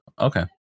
Okay